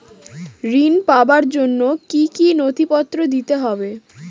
ঋণ পাবার জন্য কি কী নথিপত্র দিতে হবে?